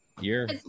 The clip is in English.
year